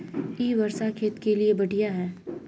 इ वर्षा खेत के लिए बढ़िया है?